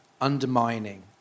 undermining